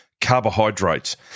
carbohydrates